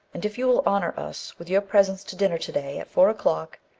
and if you will honour us with your presence to dinner to-day at four o'clock,